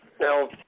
Now